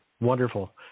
Wonderful